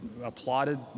applauded